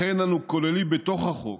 לכן אנו כוללים בתוך החוק